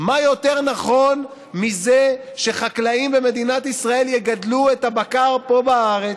מה יותר נכון מזה שחקלאים במדינת ישראל יגדלו את הבקר פה בארץ,